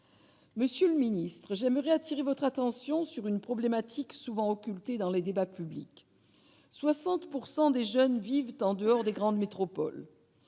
monsieur le Ministre, j'aimerais attirer votre attention sur une problématique souvent occulté dans le débat public 60 pourcent des jeunes vivent en dehors des grandes métropoles